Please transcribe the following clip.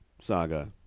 saga